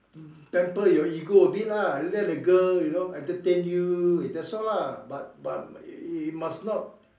pamper your ego a bit lah let the girl you know entertain you that's all lah but but you must not